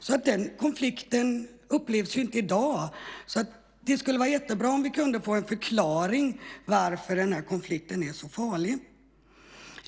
Det upplevs inte som en konflikt i dag, så det skulle vara jättebra om vi kunde få förklarat varför den här konflikten är så farlig.